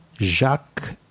Jacques